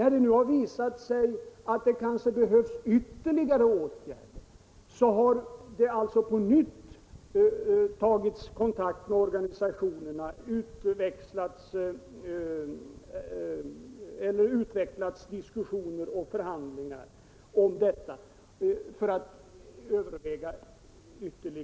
När det nu har visat = sig att det kanske behövs ytterligare åtgärder har nya diskussioner och Om omplaceringen överläggningar inletts i syfte att överväga vad som skulle kunna göras.